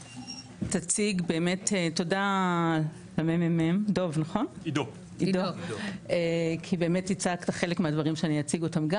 תודה למ.מ.מ עידו כי באמת הצגת חלק מהדברים שאני אציג אותם גם